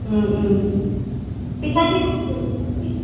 পিঠা কি বনাম বুলি ভাবিছা তুমি